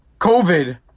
COVID